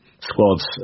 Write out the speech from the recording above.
squads